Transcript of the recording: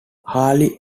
harley